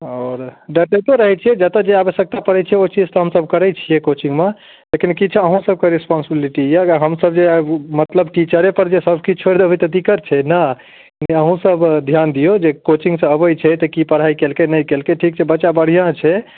आओर डँटितो रहै छिए जतऽ जे आवश्यकता पड़ै छै ओ चीज तऽ हमसब करै छिए कोचिङ्गमे लेकिन किछु अहाँसबके रेस्पॉन्सिबिलिटी अइ हमसब जे मतलब टीचरेपर जे सबकिछु छोड़ि देबै तऽ दिक्कत छै ने किछु अहूँसब धिआन दिऔ जे कोचिङ्गसँ अबै छै तऽ कि पढ़ाइ कि केलकै नहि केलकै ठीक छै बच्चा बढ़िआँ छै